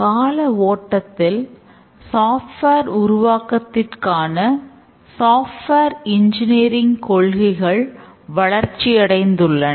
கால ஓட்டத்தில் சாஃப்ட்வேர் கொள்கைகள் வளர்ச்சியடைந்துள்ளன